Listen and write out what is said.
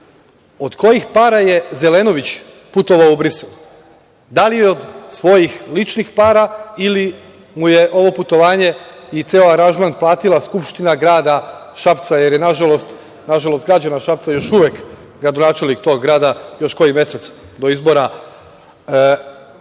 od kojih para je Zelenović putovao u Brisel? Da li od svojih ličnih para ili mu je ovo putovanje i ceo aranžman platila Skupština grada Šapca, jer je nažalost građana Šapca, još uvek gradonačelnik tog grada, još koji mesec do izbora?(Milorad